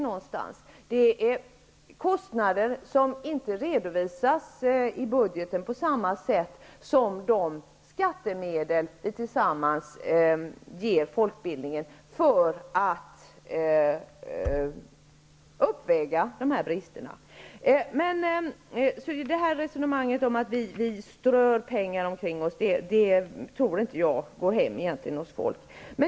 Det är fråga om kostnader som inte redovisas i budgeten på samma sätt som de skattemedel vi tillsammans ger folkbildningen för att uppväga dessa brister. Jag tror därför inte att resonemanget om att vi strör pengar omkring oss går hem hos folk.